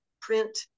print